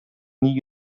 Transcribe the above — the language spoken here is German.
nie